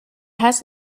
has